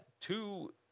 two